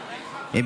הולדה,